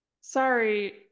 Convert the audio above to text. Sorry